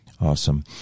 Awesome